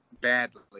badly